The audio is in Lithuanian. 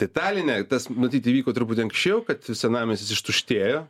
tai taline tas matyt įvyko truputį anksčiau kad senamiestis ištuštėjo